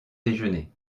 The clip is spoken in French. déjeuner